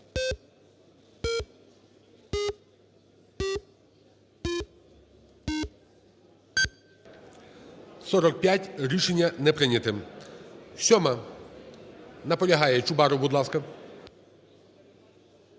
45. Рішення не прийняте. 7-а. Наполягає. Чубаров, будь ласка.